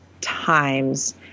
times